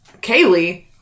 Kaylee